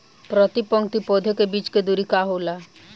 प्रति पंक्ति पौधे के बीच के दुरी का होला?